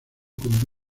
con